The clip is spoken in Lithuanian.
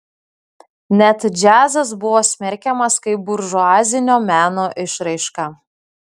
net džiazas buvo smerkiamas kaip buržuazinio meno išraiška